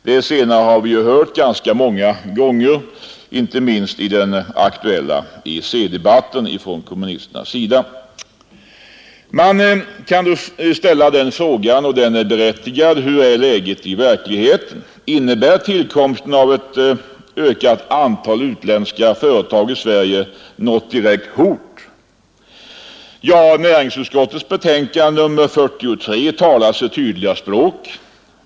Det senare har vi hört ganska många gånger från kommunisterna, inte minst vid den aktuella EEC-debatten. Man kan ställa den berättigade frågan: Hur är läget i verkligheten? Innebär förekomsten av ett ökat antal utländska företag i Sverige något direkt hot? Näringsutskottets betänkande nr 43 talar sitt tydliga språk.